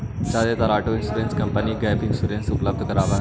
जादेतर auto insurance company gap insurance उपलब्ध करावऽ हई